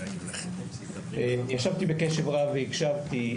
ישבתי בקשב רב והקשבתי,